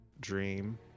dream